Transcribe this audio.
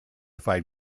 fight